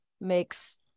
makes